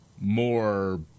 more